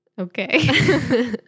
okay